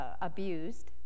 abused